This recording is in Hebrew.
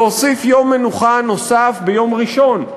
להוסיף יום מנוחה נוסף ביום ראשון.